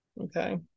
Okay